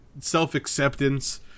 self-acceptance